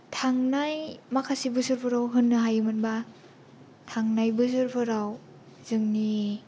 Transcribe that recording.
थांनाय माखासे बोसोरफोराव होननो हायोमोनब्ला थांनाय बोसोरफोराव जोंनि